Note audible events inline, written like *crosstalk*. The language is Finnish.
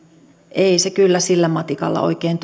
ei se oikeudenmukaisuus kyllä sillä matikalla oikein *unintelligible*